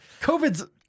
COVID's